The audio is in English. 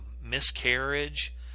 miscarriage